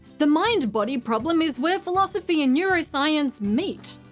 the mind-body problem is where philosophy and neuroscience meet.